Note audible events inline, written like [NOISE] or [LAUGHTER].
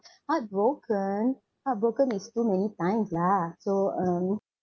[BREATH] heartbroken heartbroken it's too many times lah so um